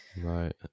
Right